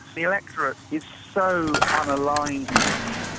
the electorate is so unaligned now.